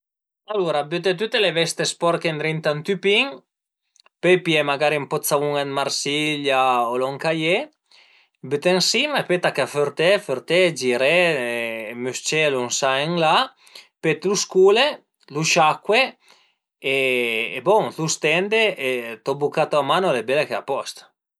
Alura büte tüte le veste sporche ëndrinta a ün tüpin, pöi pìe magari ën po dë savun dë Marsiglia o lon ch'a ie, büte ën sima e pöi tache a fërté, fërté, giré e mës-celu ën sa e ën la, pöi t'lu scule, lu sciacue e bon, lu stende e to bucato a mano al e bele che a post